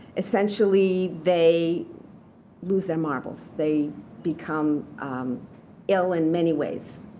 essentially, they lose their marbles. they become ill in many ways.